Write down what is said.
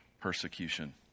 persecution